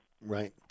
Right